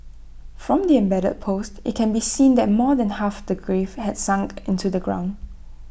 from the embedded post IT can be seen that more than half the grave had sunk into the ground